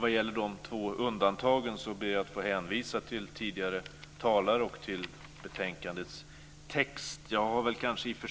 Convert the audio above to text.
Vad gäller de två undantagen ber jag att få hänvisa till tidigare talare och till betänkandets text. Jag har personligen kanske i och för